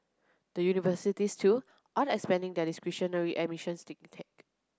the universities too are expanding their discretionary admissions intake